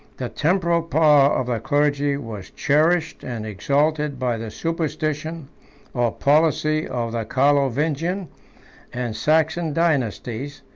the temporal power of the clergy was cherished and exalted by the superstition or policy of the carlovingian and saxon dynasties,